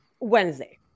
Wednesday